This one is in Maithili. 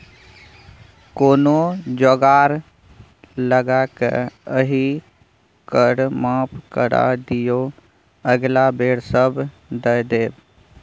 कोनो जोगार लगाकए एहि कर माफ करा दिअ अगिला बेर सभ दए देब